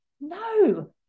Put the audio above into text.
no